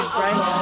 right